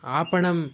आपणम्